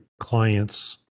clients